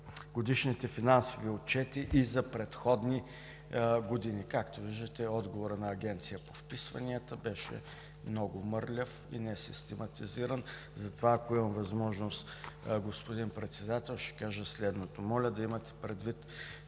годишните финансови отчети и за предходни години. Както виждате, отговорът на Агенцията по вписванията беше много мърляв и несистематизиран. Затова ако имам възможност, господин Председател, ще кажа следното: моля да имате предвид,